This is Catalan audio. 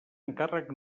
encàrrec